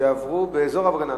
שעברו באזור הפגנה,